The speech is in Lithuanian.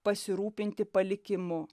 pasirūpinti palikimu